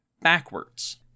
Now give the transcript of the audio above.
backwards